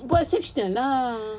buat exception lah